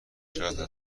چقدر